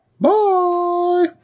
bye